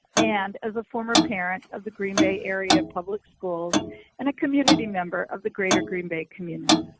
and as a former parent of the green bay area public school and a community member of the greater green bay community.